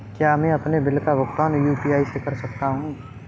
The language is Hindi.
क्या मैं अपने बिल का भुगतान यू.पी.आई से कर सकता हूँ?